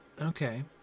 Okay